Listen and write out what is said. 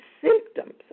symptoms